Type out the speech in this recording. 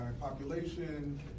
population